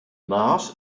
maas